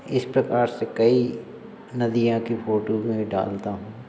इस प्रकार से कई नदियों की फोटू मैं डालता हूँ